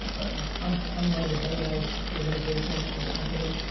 right. i'm i'm running a very large organization and company.